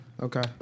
Okay